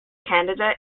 canada